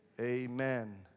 Amen